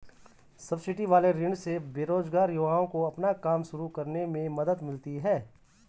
subsidy वाले ऋण से बेरोजगार युवाओं को अपना काम शुरू करने में मदद मिलती है